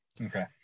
okay